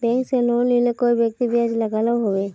Bank से loan लिले कई व्यक्ति ब्याज लागोहो होबे?